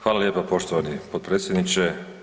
Hvala lijepa poštovani potpredsjedniče.